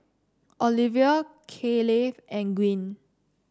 Olivia Kaleigh and Gwyn